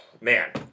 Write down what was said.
man